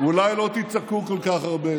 אולי לא תצעקו כל כך הרבה.